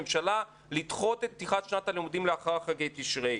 ממשלה לדחות את פתיחת שנת הלימודים לאחר חגי תשרי.